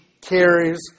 carries